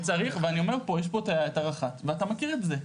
ואני אומר פה, יש את הרח"ט, ואתה מכיר את זה.